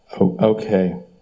Okay